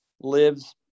lives